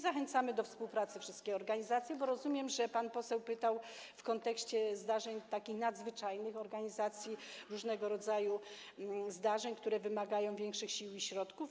Zachęcamy do współpracy wszystkie organizacje, bo rozumiem, że pan poseł pytał w kontekście takich nadzwyczajnych zdarzeń, organizacji różnego rodzaju wydarzeń, które wymagają większych sił i środków.